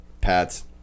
Pats